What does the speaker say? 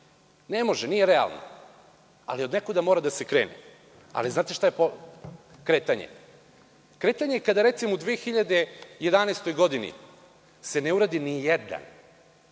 Ne može. Nije realno. Ali, odnekuda mora da se krene. Znate šta je kretanje? Kretanje je, kada recimo u 2011. godini se ne uradi ni jedan